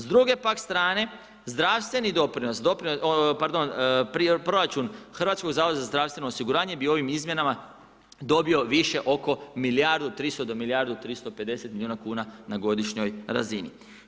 S druge pak strane zdravstveni doprinos, pardon, proračun Hrvatskog zavoda za zdravstveno osiguranje bi ovim izmjenama dobio više oko milijardu 300 do milijardu 350 milijuna kuna na godišnjoj razini.